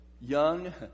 young